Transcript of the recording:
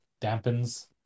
dampens